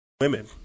women